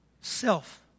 self